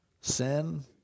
Sin